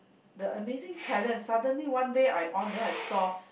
the amazing talent suddenly one day I on then I saw